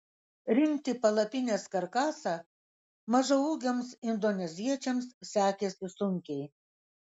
rinkti palapinės karkasą mažaūgiams indoneziečiams sekėsi sunkiai